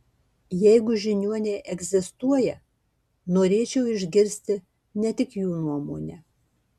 jeigu žiniuoniai egzistuoja norėčiau išgirsti ne tik jų nuomonę